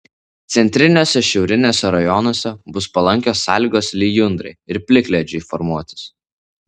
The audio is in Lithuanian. centriniuose šiauriniuose rajonuose bus palankios sąlygos lijundrai ir plikledžiui formuotis